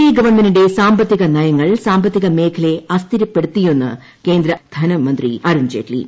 A ഗവൺമെന്റിന്റെ സാമ്പത്തിക നയങ്ങൾ സാമ്പത്തിക മേഖലയെ അസ്ഥിരപ്പെടുത്തിയെന്ന് കേന്ദ്ര ധനമന്ത്രി അരുൺ ജെയ്റ്റ്ലി